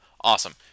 awesome